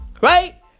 Right